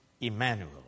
Emmanuel